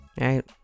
right